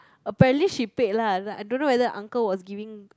apparently she paid lah I don't know whether uncle was giving